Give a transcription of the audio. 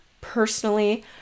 personally